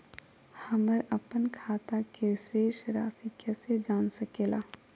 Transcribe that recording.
हमर अपन खाता के शेष रासि कैसे जान सके ला?